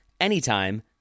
anytime